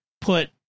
put